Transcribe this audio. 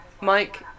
Mike